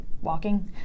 Walking